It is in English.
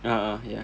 a'ah ya